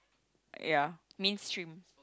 ya mainstream